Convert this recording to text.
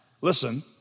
listen